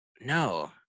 no